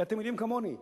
כי אתם יודעים כמוני,